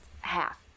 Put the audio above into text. half